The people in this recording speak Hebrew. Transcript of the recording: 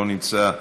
לא נמצא,